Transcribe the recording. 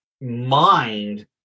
mind